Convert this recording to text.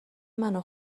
منو